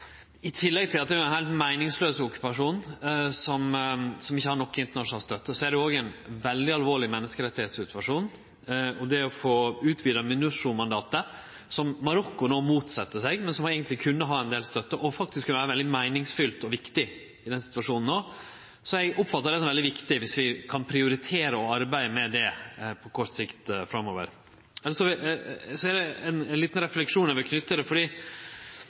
I tillegg til at det er ein heilt meiningslaus okkupasjon som ikkje har nokon internasjonal støtte, er det òg ein veldig alvorleg menneskerettssituasjon. Når det gjeld å få utvida MINURSO-mandatet – som Marokko no motset seg, men som eigentleg kunne ha ein del støtte, og faktisk kunne vere veldig meiningsfylt og viktig i den noverande situasjonen – oppfattar eg det som veldig viktig om vi kan prioritere å arbeide med det på kort sikt framover. Elles er det ein liten refleksjon eg vil knytte til det. Nokon konfliktar i verda er utruleg vanskelege å løyse fordi